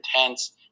intense